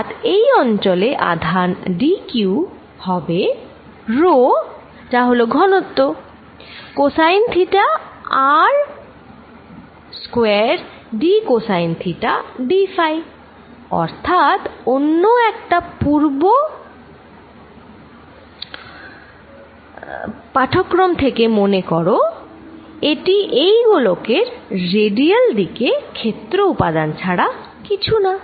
অর্থাৎ এই অঞ্চলে আধান dQ হবে rho যা হলো ঘনত্ব cosine theta গুন R square d cosine theta d phi আমাদের অন্য একটা পূর্ব পাঠক্রম থেকে মনে করো এটি এই গোলকের রেডিয়াল দিকে ক্ষেত্র উপাদান ছাড়া কিছু নয়